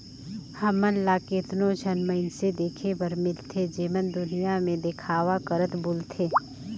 हमन ल केतनो झन मइनसे देखे बर मिलथें जेमन दुनियां में देखावा करत बुलथें